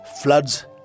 Floods